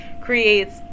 creates